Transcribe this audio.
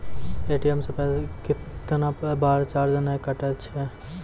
ATM से कैतना बार चार्ज नैय कटै छै?